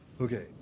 Okay